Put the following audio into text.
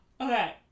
okay